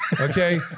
Okay